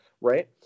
right